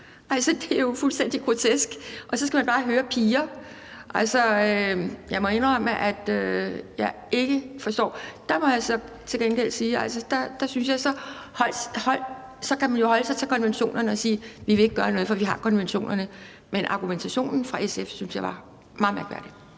det er jo fuldstændig grotesk. Og så skal man bare høre, at der bliver talt om piger. Jeg må indrømme, at jeg ikke forstår det. Der må jeg så til gengæld sige, at jeg synes, at man jo så kan holde sig til konventionerne og sige: Vi vil ikke gøre noget, for vi har konventionerne. Men jeg synes, at argumentationen fra SF's side var meget mærkværdig.